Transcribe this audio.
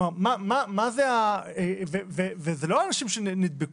זה לא אנשים שנדבקו.